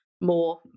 more